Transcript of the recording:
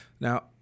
Now